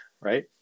right